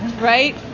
right